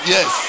Yes